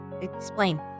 Explain